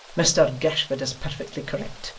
mr gashford is perfectly correct,